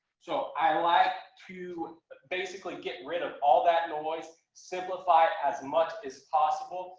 so i like to basically get rid of all that noise, simplify as much as possible.